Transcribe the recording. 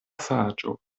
saĝo